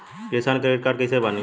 किसान credit card कइसे बानी?